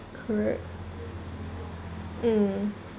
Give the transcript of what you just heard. correct mm